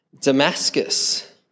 Damascus